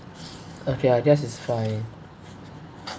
okay I guess it's fine